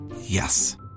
Yes